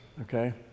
Okay